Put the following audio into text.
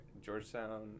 Georgetown